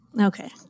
Okay